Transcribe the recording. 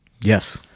Yes